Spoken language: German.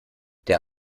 der